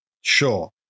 sure